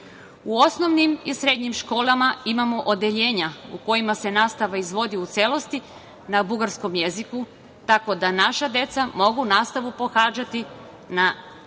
U osnovnim i srednjim školama imamo odeljenja u kojima se nastava izvodi u celosti na bugarskom jeziku, tako da naša deca mogu nastavu pohađati na svom